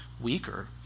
weaker